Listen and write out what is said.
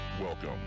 Welcome